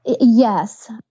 Yes